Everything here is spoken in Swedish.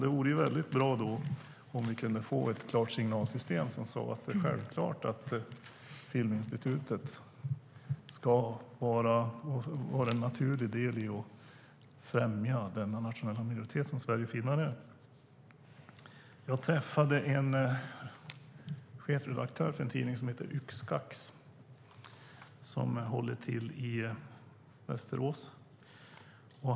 Det vore väldigt bra om vi kunde få en klar signal om att det är självklart att Filminstitutet ska vara en naturlig del i att främja den nationella minoritet som sverigefinnar utgör. Jag träffade en chefredaktör för en tidning som heter Yks'Kaks och som finns i Västerås.